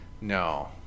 no